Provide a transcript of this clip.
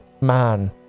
man